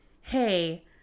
Hey